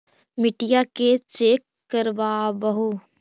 मिट्टीया के चेक करबाबहू?